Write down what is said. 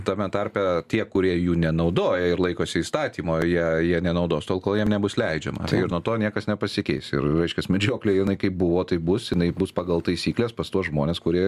tame tarpe tie kurie jų nenaudoja ir laikosi įstatymo jie jie nenaudos tol kol jiem nebus leidžiama ir nuo to niekas nepasikeis ir reiškias medžioklė jinai kaip buvo taip bus jinai bus pagal taisykles pas tuos žmones kurie